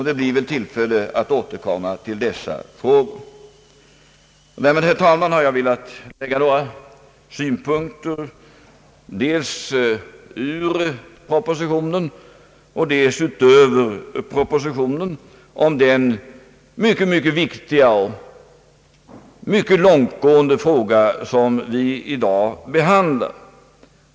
Det blir väl tillfälle att återkomma till dessa frågor. Därmed, herr talman, har jag gett några synpunkter även utöver vad propositionen innehåller i den mycket viktiga fråga som vi i dag behandlar.